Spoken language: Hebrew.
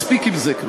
מספיק עם זה כבר.